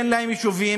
אין להם יישובים.